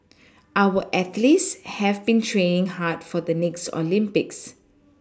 our athletes have been training hard for the next Olympics